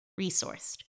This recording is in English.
resourced